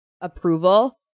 approval